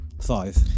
Five